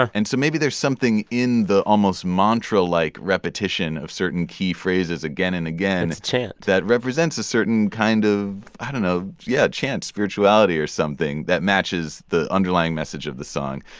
and so maybe there's something in the almost mantra-like repetition of certain key phrases again and again. it's a chant. that represents a certain kind of i don't know yeah, a chant, spirituality or something that matches the underlying message of the song.